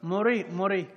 מורי, מורי.